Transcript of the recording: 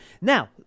Now